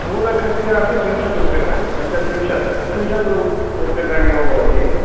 मूलकस्यापि त्रिंशत् रूप्यकाणि पञ्चत्रिंशत् त्रिंशत् रूप्यकाणि एव भवति